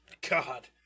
god